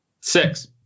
Six